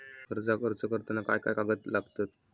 कर्जाक अर्ज करताना काय काय कागद लागतत?